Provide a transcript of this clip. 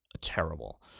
terrible